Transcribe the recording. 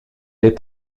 les